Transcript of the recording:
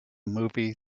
movie